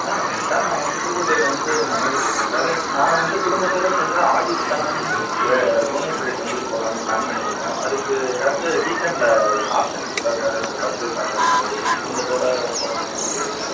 ஆ sir நான் வந்து புதுக்கோட்டையிலிருந்து மனோஜ் பேசுகிறேன் சார் நான் வந்து குடும்பத்துடன் சேர்ந்து ஆதிஸ்தனம் புவனேஸ்வரி டெம்பிள்க்கு போலாம்ன்னு பிளான் பண்ணியிருக்கோம் அதுக்கு எதாச்சும் வீக் எண்ட்டில் ஆப்ஷன்ஸ் இருக்கா சார் இங்கே பஸ் மாதிரி குடும்பத்தோட போலாங்கிற மாதிரி இருக்கோம்